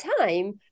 time